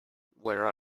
where